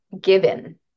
given